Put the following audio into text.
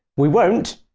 we won't.